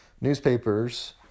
Newspapers